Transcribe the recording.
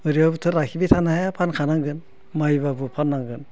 ओरैनोबाबोथ' लाखिबाय थानो हाया फानखानांगोन माइबाबो फाननांगोन